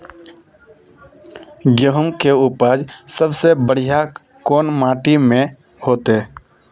गेहूम के उपज सबसे बढ़िया कौन माटी में होते?